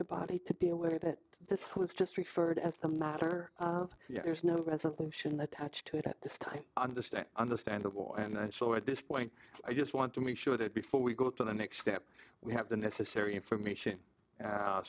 the body to be aware that this was just referred as a matter of there's no presentation attached to it at this time i understand understandable and so at this point i just want to make sure that before we go to the next step we have the necessary information